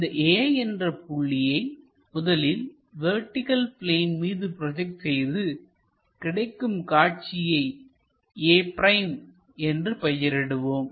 இந்த A என்ற புள்ளியை முதலில் வெர்டிகள் பிளேன் மீது ப்ரோஜெக்ட் செய்து கிடைக்கும் காட்சியை a' என்று பெயரிடுவோம்